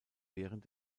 während